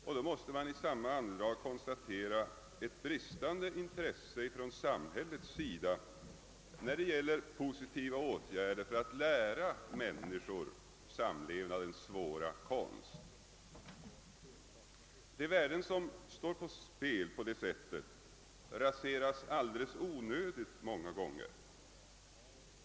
Man måste samtidigt konstatera bristande intresse från samhällets sida när det gäller positiva åtgärder för att lära människor samlevnadens svåra konst. De värden som då står på spel raseras många gånger alldeles i onödan.